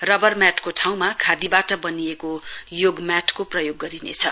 rubber म्याटको ठाउँमा खादीबाट बनिएको योग म्याटको प्रयोग गरिनेछ